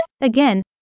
Again